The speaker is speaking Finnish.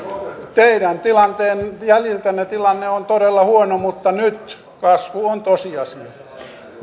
teidän jäljiltänne tilanne on todella huono mutta nyt kasvu on tosiasia